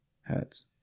hurts